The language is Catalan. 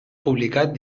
publicat